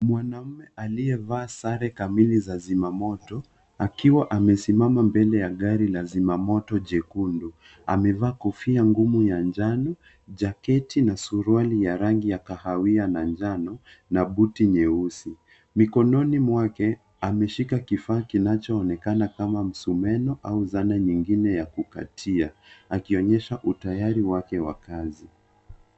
Mwanaume aliyevaa sare kamili za zimamoto akiwa amesimama mbele ya gari la zimamoto jekundu. Amevaa kofia ngumu ya njano, jaketi na suruali ya rangi ya kahawia na njano na buti nyeusi. Mikononi mwake ameshika kifaa kinachoonekana kama msumeno au zana nyingine ya kukatia akionyesha utayari wake wa kazi.